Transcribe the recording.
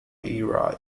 era